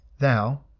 Thou